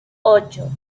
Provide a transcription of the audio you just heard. ocho